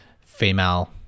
female